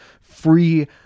free